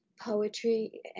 poetry